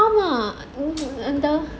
ஆமா:aamaa